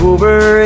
Over